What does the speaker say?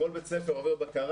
כל בית ספר עובר בקרה,